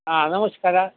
ಹಾಂ ನಮಸ್ಕಾರ